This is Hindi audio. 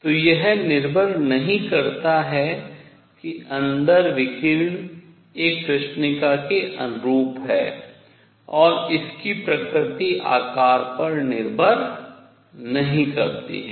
तो यह निर्भर नहीं करता है कि अंदर विकिरण एक कृष्णिका के अनुरूप है और इसकी प्रकृति आकार पर निर्भर नहीं करती है